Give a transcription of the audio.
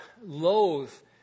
loath